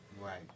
Right